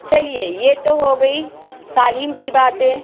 چلیے یہ تو ہو گئی تعلیم کی باتیں